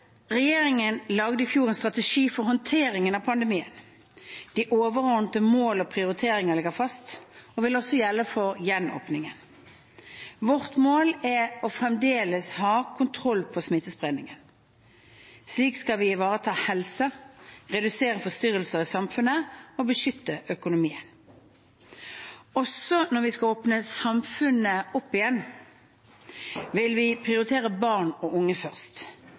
Regjeringen laget i fjor en strategi for håndteringen av pandemien. Det overordnede målet og prioriteringene ligger fast og vil også gjelde for gjenåpningen. Vårt mål er å fremdeles ha kontroll på smittespredningen. Slik skal vi ivareta helse, redusere forstyrrelser i samfunnet og beskytte økonomien. Også når vi skal åpne samfunnet opp igjen, vil vi prioritere barn og unge først.